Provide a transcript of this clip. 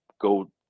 go